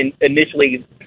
initially